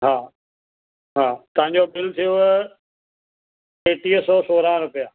हा तव्हांजो बिल थियव टेटीह सौ सोरहां रुपिया